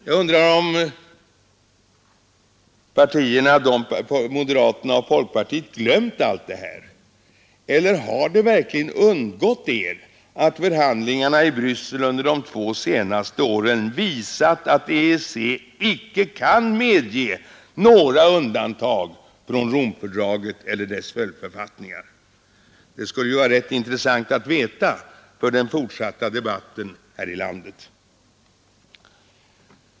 Jag undrar om moderater och folkpartister glömt allt detta, eller har det verkligen undgått er att förhandlingarna i Bryssel under de två senaste åren visat att EEC icke kan medge några undantag från Romfördraget eller dess följdförfattningar? Det skulle vara rätt intressant att veta för den fortsatta debatten här i landet.